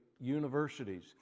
universities